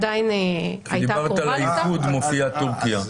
כשדיברת על האיחוד, מופיע טורקיה.